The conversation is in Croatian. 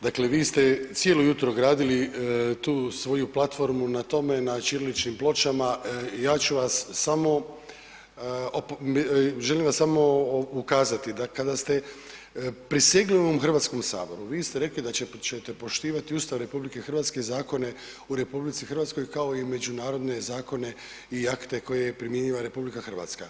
Dakle vi ste cijelo jutro gradili tu svoju platformu na tome na ćiriličnim pločama, ja ću vam samo ukazati da kada ste prisegnuli u ovom Hrvatskom saboru vi ste rekli da ćete poštivati Ustav RH, zakone u RH kao i međunarodne zakone i akte koje je primijenila RH.